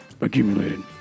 accumulated